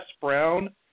Brown